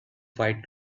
fight